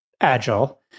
Agile